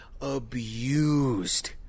abused